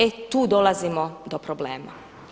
E tu dolazimo do problema.